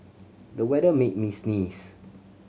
the weather made me sneeze